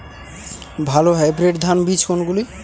ভালো হাইব্রিড ধান বীজ কোনগুলি?